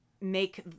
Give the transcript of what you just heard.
make